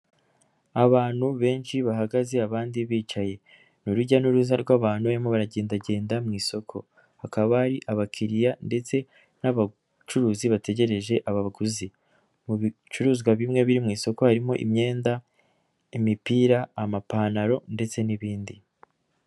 Abantu benshi bahagaze abandi bicaye, ni urujya n'uruza rw'abantu barimo baragenda mu isoko, hakaba hari abakiriya ndetse n'abacuruzi bategereje abaguzi, mu bicuruzwa bimwe biri mu isoko harimo: imyenda, imipira, amapantalo ndetse n'ibindi.